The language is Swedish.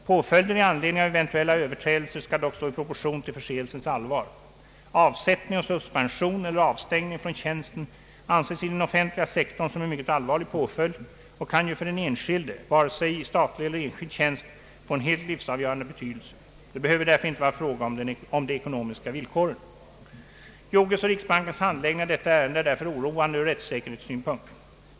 Påföljder i anledning av eventuella överträdelser skall dock stå i proportion till förseelsens allvar. Avsättning och suspension eller avstängning från tjänsten anses i den offentliga sektorn som en mycket allvarlig påföljd och kan ju för den enskilde, vare sig i statlig eller enskild tjänst, få en helt livsavgörande betydelse. Det behöver därför inte vara fråga om de ekonomiska villkoren. Joges och riksbankens handläggning av detta ärende är därför oroande ur rättssäkerhetssynpunkt.